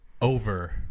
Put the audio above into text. Over